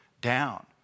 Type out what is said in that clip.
down